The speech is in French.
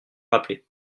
rappeler